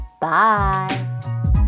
bye